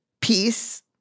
Peace